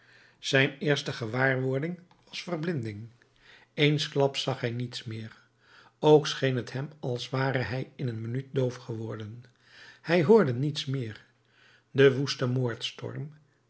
zijn eerste gewaarwording was verblinding eensklaps zag hij niets meer ook scheen t hem als ware hij in een minuut doof geworden hij hoorde niets meer de woeste